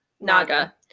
Naga